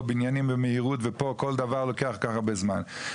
בניינים במהירות ופה כל דבר לוקח כל כך הרבה זמן,